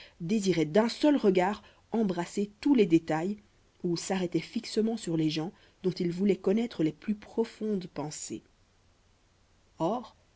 désirait d'un seul regard embrasser tous les détails ou s'arrêtait fixement sur les gens dont il voulait connaître les plus profondes pensées or